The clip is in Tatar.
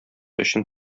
өчен